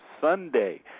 Sunday